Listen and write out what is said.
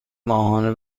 ماهانه